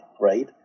right